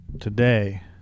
today